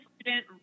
student